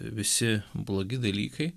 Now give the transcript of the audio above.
visi blogi dalykai